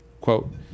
quote